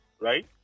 right